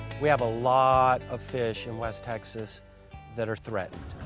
we have a lot of fish in west texas that are threatened.